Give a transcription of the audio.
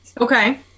Okay